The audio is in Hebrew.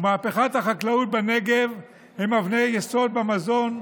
ומהפכת החקלאות בנגב הם אבני יסוד במזון,